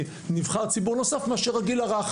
נבחר ציבור נוסף מאשר הגיל הרך.